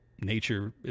nature